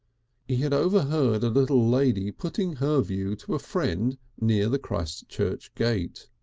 he had overheard a little lady putting her view to a friend near the christchurch gate.